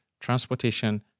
transportation